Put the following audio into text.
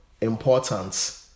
important